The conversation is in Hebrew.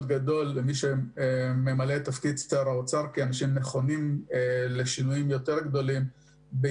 לשר האוצר ונכונות מצד הציבור לשינויים גדולים.